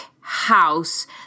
house